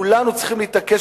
כולנו צריכים להתעקש,